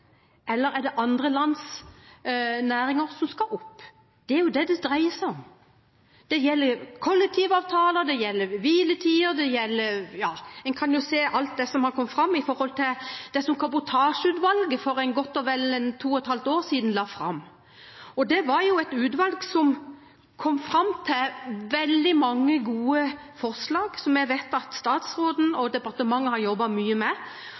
eller er det andre lands næringer som skal opp? Det er jo det det dreier seg om. Det gjelder kollektivavtaler, det gjelder hviletider – ja, en kan se på alt som har kommet fram i det kabotasjeutvalget for godt og vel to og et halvt år siden la fram. Det var et utvalg som kom fram til veldig mange gode forslag, som jeg vet at statsråden og departementet har jobbet mye med,